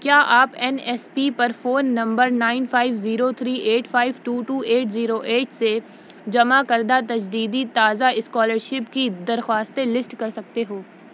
کیا آپ N S P پر phone number nine five zero three eight five two two eight zero eight سے جمع کردہ تجدیدی تازہ اسکالرشپ کی درخواستیں لسٹ کر سکتے ہو